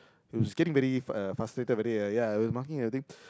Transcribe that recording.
he was getting very uh frustrated very uh ya he was marking the thing